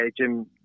Jim